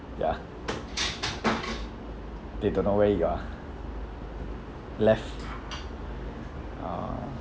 ya they don't know where you are left uh